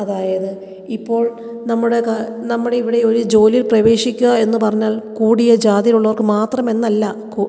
അതായത് ഇപ്പോൾ നമ്മുടെ ക നമ്മുടെ ഇവിടെ ഒരു ജോലിയിൽ പ്രവേശിക്കുക എന്ന് പറഞ്ഞാൽ കൂടിയ ജാതിയിൽ ഉള്ളവർക്ക് മാത്രം എന്നല്ല കൊ